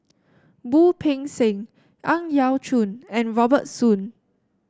Wu Peng Seng Ang Yau Choon and Robert Soon